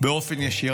באופן ישיר.